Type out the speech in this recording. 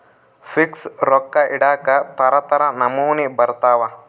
fix ರೊಕ್ಕ ಇಡಾಕ ತರ ತರ ನಮೂನಿ ಬರತವ